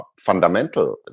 fundamental